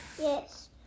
Yes